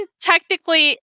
technically